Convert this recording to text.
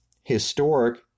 historic